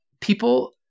people